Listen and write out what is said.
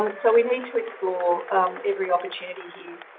um so we need to explore every opportunity here.